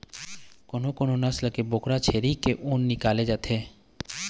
कोनो कोनो नसल के बोकरा छेरी के ऊन निकाले जाथे